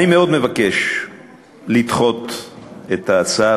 אני מאוד מבקש לדחות את ההצעה.